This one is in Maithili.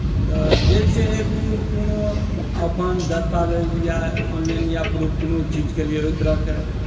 तऽ जे छै कोनो अपन दस्तावेज या ऑनलाइन या प्रूफ कोनो चीजके लिए ओहि तरहके